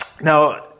now